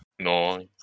No